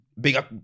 bigger